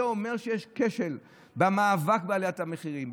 זה אומר שיש כשל במאבק בעליית המחירים,